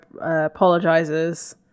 apologizes